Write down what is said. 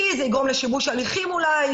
כי זה יגרום לשיבוש הליכים אולי,